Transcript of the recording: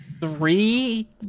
three